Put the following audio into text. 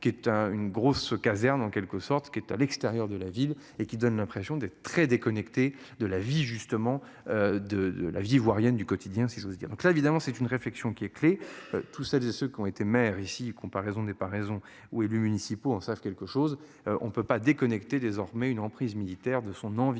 qui est un, une grosse caserne en quelque sorte ce qui est à l'extérieur de la ville et qui donne l'impression d'être très déconnecté de la vie justement. De de la vie ivoirienne du quotidien si j'ose dire, donc là évidemment c'est une réflexion qui est clé tout ça de ceux qu'ont été maire ici. Comparaison n'est pas raison ou élus municipaux en savent quelque chose. On ne peut pas déconnecter désormais une emprise militaire de son environnement